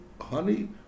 honey